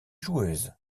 joueuses